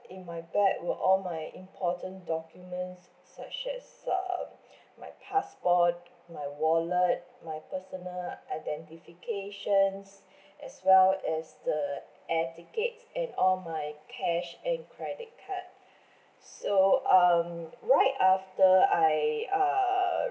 in my bag were all my important documents such as uh my passport my wallet my personal identifications as well as the air ticket and all my cash and credit card so um right after I err